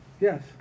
Yes